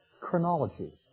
chronology